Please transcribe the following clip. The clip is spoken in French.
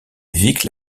vic